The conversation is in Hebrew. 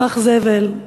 פח זבל,